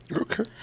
Okay